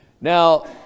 Now